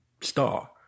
Star